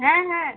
হ্যাঁ হ্যাঁ